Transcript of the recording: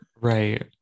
Right